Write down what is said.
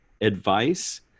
advice